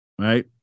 right